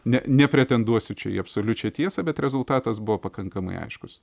ne nepretenduosiu čia į absoliučią tiesą bet rezultatas buvo pakankamai aiškus